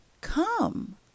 Come